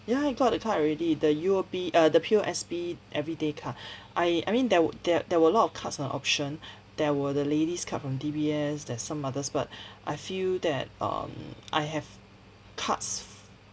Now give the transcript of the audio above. ya I got the card already the U_O_B uh the P_O_S_B everyday card I I mean there were there there were a lot of cards on option there were the ladies' card from D_B_S there's some others but I feel that um I have cards